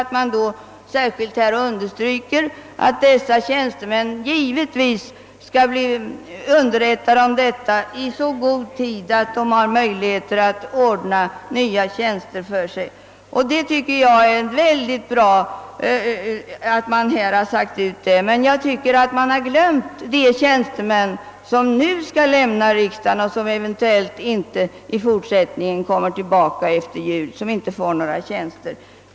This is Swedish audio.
Här måste särskilt understrykas att dessa tjänstemän givetvis bör underrättas i så god tid att de kan ordna nya tjänster. Jag tycker det är mycket bra att det klart sagts ifrån på denna punkt, men jag anser att en del tjänstemän glömts bort nämligen de som eventuellt inte kommer tillbaka efter jul därför att de då inte erhåller tjänster.